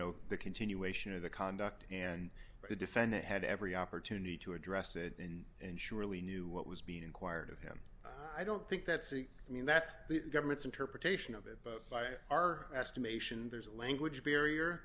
know the continuation of the conduct and the defendant had every opportunity to address it and and surely knew what was being inquired of him i don't think that's it i mean that's the government's interpretation of it by our estimation there's a language barrier